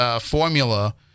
formula